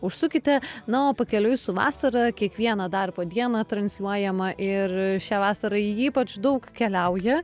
užsukite na o pakeliui su vasara kiekvieną darbo dieną transliuojama ir šią vasarą ypač daug keliauja